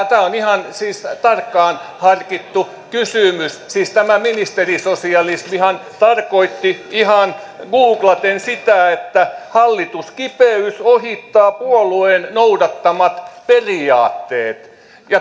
tämä on siis ihan tarkkaan harkittu kysymys siis tämä ministerisosialismihan tarkoitti ihan googlaten sitä että hallituskipeys ohittaa puolueen noudattamat periaatteet